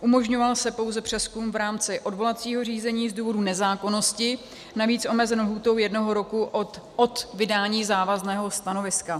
Umožňoval se pouze přezkum v rámci odvolacího řízení z důvodu nezákonnosti, navíc s omezenou lhůtou jednoho roku od vydání závazného stanoviska.